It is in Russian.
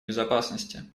безопасности